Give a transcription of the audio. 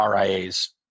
RIAs